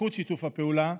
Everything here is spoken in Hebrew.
בזכות שיתוף הפעולה,